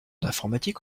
d’informatique